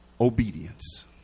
Obedience